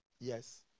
Yes